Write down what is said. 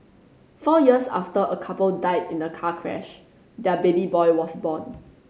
four years after a couple died in a car crash their baby boy was born